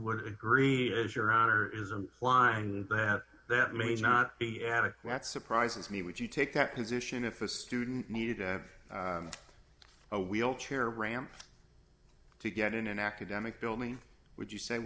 would agree as your honor is a line that that may not be added that surprises me would you take that position if a student needed to have a wheelchair ramp to get in an academic building would you say